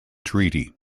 treaty